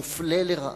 מופלה לרעה.